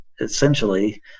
essentially